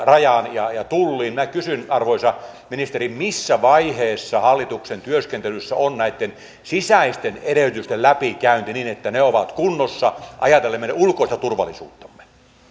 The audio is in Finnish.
rajaan ja ja tulliin minä kysyn arvoisa ministeri missä vaiheessa hallituksen työskentelyssä on näitten sisäisten edellytysten läpikäynti niin että ne ovat kunnossa ajatellen meidän ulkoista turvallisuuttamme